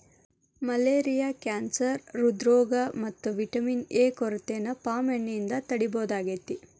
malaria cancer ಹ್ರೃದ್ರೋಗ ಮತ್ತ vitamin A ಕೊರತೆನ ಪಾಮ್ ಎಣ್ಣೆಯಿಂದ ತಡೇಬಹುದಾಗೇತಿ